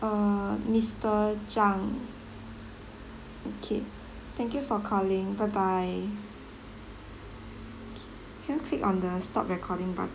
err mister chang okay thank you for calling bye bye okay can you click on the stop recording but~